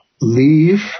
leave